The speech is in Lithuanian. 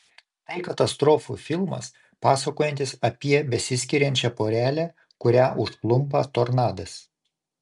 tai katastrofų filmas pasakojantis apie besiskiriančią porelę kurią užklumpa tornadas